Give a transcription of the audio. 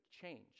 change